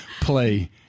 play